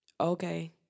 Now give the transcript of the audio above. Okay